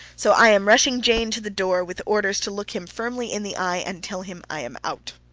so i am rushing jane to the door with orders to look him firmly in the eye and tell him i am out.